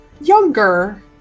younger